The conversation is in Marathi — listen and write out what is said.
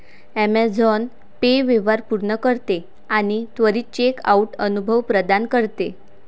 ॲमेझॉन पे व्यवहार पूर्ण करते आणि त्वरित चेकआउट अनुभव प्रदान करते